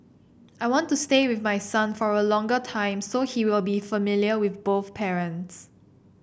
I want to stay with my son for a longer time so he will be familiar with both parents